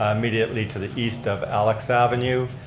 ah immediately to the east of alex avenue.